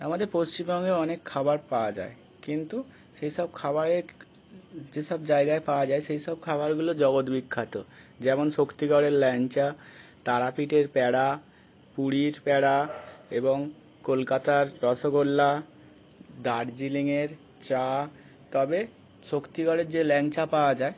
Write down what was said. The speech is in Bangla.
আমাদের পশ্চিমবঙ্গে অনেক খাবার পাওয়া যায় কিন্তু সেই সব খাবারের যেসব জায়গায় পাওয়া যায় সেই সব খাবারগুলো জগত বিখ্যাত যেমন শক্তিগড়ের ল্যাংচা তারাপীঠের প্যারা পুরীর প্যারা এবং কলকাতার রসগোল্লা দার্জিলিংয়ের চা তবে শক্তিগড়ের যে ল্যাংচা পাওয়া যায়